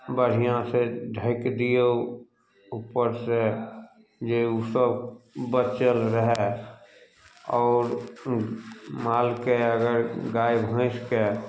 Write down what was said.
बढ़िआँसँ ढाँकि दियौ उपरसँ जे उ सभ बचल रहय आओर मालके अगर गाय घुसिके